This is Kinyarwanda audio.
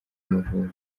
amavubi